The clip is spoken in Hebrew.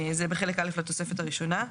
זה בחלק א' לתוספת הראשונה.